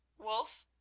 wulf,